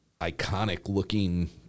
iconic-looking